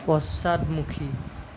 পশ্চাদমুখী